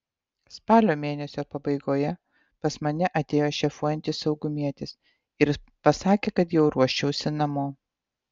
spalio mėnesio pabaigoje pas mane atėjo šefuojantis saugumietis ir pasakė kad jau ruoščiausi namo